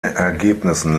ergebnissen